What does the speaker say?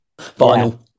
final